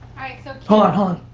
alright so hold on,